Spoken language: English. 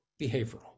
behavioral